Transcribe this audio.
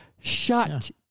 Shut